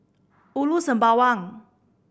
Ulu Sembawang